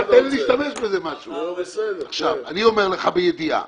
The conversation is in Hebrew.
אני אומר לך בידיעה,